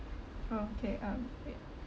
okay um wait